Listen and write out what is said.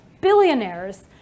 billionaires